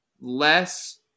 less